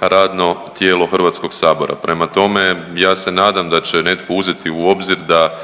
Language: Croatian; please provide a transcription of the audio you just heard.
radno tijelo Hrvatskog sabora. Prema tome, ja se nadam da će netko uzeti u obzir da